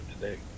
today